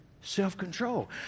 self-control